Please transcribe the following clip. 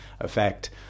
effect